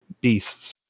beasts